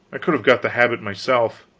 i could have got the habit myself.